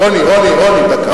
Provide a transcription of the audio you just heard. רוני, רוני, דקה.